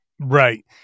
Right